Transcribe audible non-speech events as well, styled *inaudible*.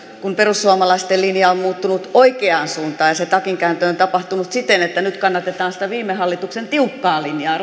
kun perussuomalaisten linja on muuttunut oikeaan suuntaan ja se takinkääntö on on tapahtunut siten että nyt kannatetaan sitä viime hallituksen tiukkaa linjaa *unintelligible*